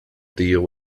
deal